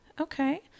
Okay